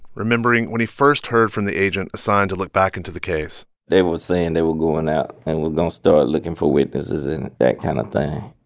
remembering when he first heard from the agent assigned to look back into the case they were saying they were going out and were going to start looking for witnesses and that kind of thing.